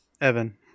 Evan